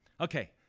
Okay